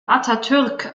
atatürk